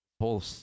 Whole